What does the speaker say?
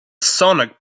sonic